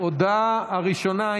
ההודעה הראשונה,